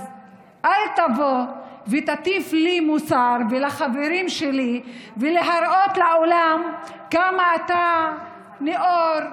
אז אל תבוא ותטיף לי ולחברים שלי מוסר כדי להראות לעולם כמה אתה נאור,